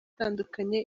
itandukanye